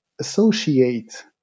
associate